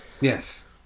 Yes